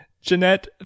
Jeanette